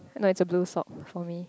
no it's a blue sock for me